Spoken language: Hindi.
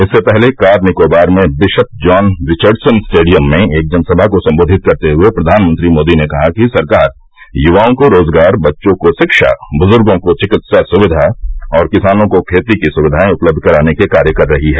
इससे पहले कार निकोबार में बिशप जॉन रिवर्डसन स्टेडियम में एक जनसमा को सम्बोधित करते हए प्रधानमंत्री मोदी ने कहा कि सरकार युवाओं को रोजगार बच्चों को शिक्षा बुजुर्गों को विकित्सा सुक्विया और किसानों को खेती की सुक्वियाएं उपलब्ध कराने के कार्य कर रही है